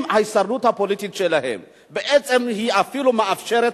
אם ההישרדות הפוליטית שלהם בעצם אפילו מאפשרת